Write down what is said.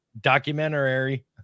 documentary